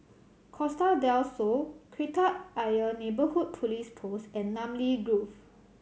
Costa Del Sol Kreta Ayer Neighbourhood Police Post and Namly Grove